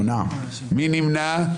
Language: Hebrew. מי נמנע?